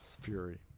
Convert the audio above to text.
Fury